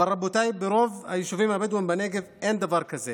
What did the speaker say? ברוב היישובים הבדואיים בנגב אין דבר כזה